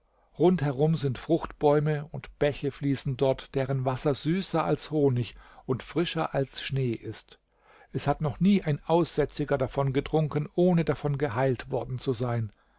rund herum sind fruchtbäume und bäche fließen dort deren wasser süßer als honig und frischer als schnee ist es hat noch nie ein aussätziger davon getrunken ohne davon geheilt worden zu sein